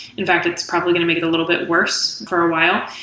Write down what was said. in fact, it's probably going to make it a little bit worse for ah while.